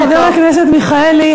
חבר הכנסת מיכאלי,